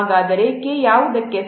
ಹಾಗಾದರೆ K ಯಾವುದಕ್ಕೆ ಸಮ